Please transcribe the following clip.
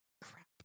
Crap